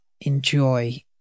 enjoy